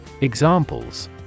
Examples